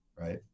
right